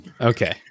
Okay